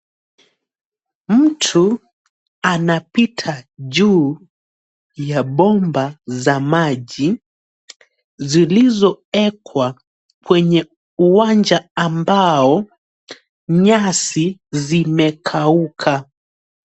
Mtu anapita juu ya bomba za maji zilizowekwa kwenye uwanja ambao nyasi zimekauka.